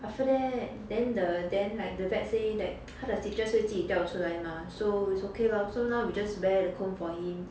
after that then the then like the vet say that the 他的 stitches 会自己掉出来 mah so it's okay lah so now we just wear the cone for him